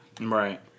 Right